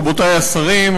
רבותי השרים,